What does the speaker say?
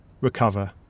recover